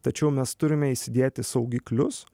tačiau mes turime įsidėti saugiklius